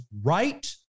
right